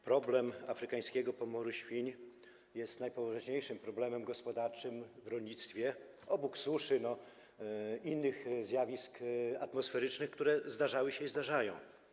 Problem afrykańskiego pomoru świń jest najpoważniejszym problemem gospodarczym w rolnictwie, obok suszy, innych zjawisk atmosferycznych, które zdarzały się i zdarzają.